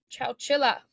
Chowchilla